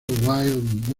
wild